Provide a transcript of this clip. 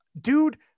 dude